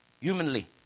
Humanly